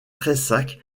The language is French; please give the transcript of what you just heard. prayssac